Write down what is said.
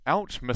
Ouch